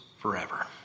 forever